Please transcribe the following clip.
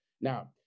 Now